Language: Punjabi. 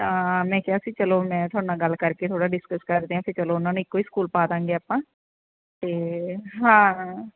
ਤਾਂ ਮੈਂ ਕਿਹਾ ਸੀ ਚਲੋ ਮੈਂ ਤੁਹਾਡੇ ਨਾਲ ਗੱਲ ਕਰਕੇ ਥੋੜ੍ਹਾ ਡਿਸਕਸ ਕਰਦੇ ਹਾਂ ਅਤੇ ਚਲੋ ਉਹਨਾਂ ਨੂੰ ਇੱਕੋ ਹੀ ਸਕੂਲ ਪਾ ਦਵਾਂਗੇ ਆਪਾਂ ਅਤੇ ਹਾਂ